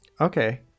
Okay